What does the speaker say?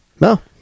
No